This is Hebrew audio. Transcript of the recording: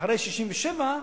אחרי 67'